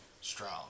strong